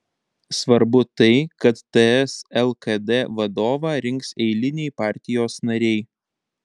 svarbu tai kad ts lkd vadovą rinks eiliniai partijos nariai